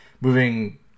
moving